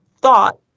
thought